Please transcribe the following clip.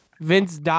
Vince